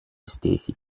estesi